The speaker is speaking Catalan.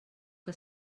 que